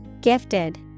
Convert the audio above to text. Gifted